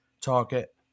target